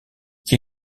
qui